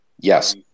Yes